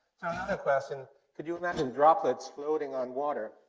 question could you imagine droplets floating on water?